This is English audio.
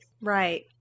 Right